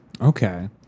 okay